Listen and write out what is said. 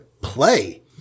play